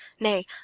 Nay